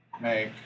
make